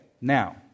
now